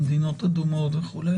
במדינות אדומות וכולי,